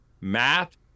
math